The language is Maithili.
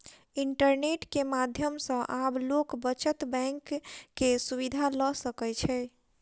इंटरनेट के माध्यम सॅ आब लोक बचत बैंक के सुविधा ल सकै छै